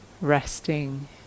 resting